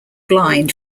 blind